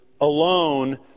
alone